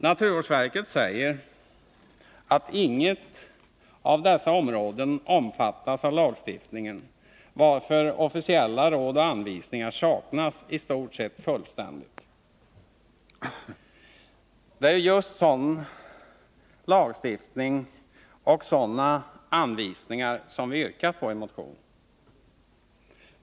Naturvårdsverket säger att inget av dessa områden omfattas av lagstiftningen, varför officiella råd och anvisningar i stort sett helt saknas. Det är ju just sådan lagstiftning och sådana anvisningar som vi yrkat på i motionen.